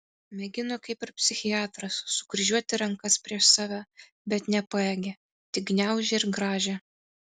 mėgino kaip ir psichiatras sukryžiuoti rankas prieš save bet nepajėgė tik gniaužė ir grąžė